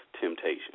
temptation